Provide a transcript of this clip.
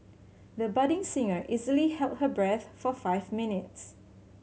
the budding singer easily held her breath for five minutes